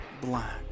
black